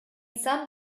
some